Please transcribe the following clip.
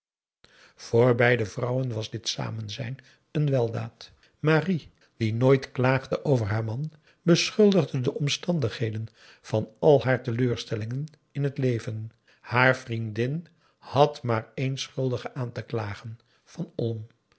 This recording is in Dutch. voor beide vrouwen was dit samenzijn een weldaad marie die nooit klaagde over haar man beschuldigde de omstandigheden van al haar teleurstellingen in het leven haar vriendin had maar één schuldige aan te klagen van olm